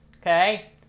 okay